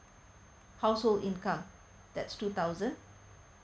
household income that's two thousand